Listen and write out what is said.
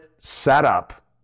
Setup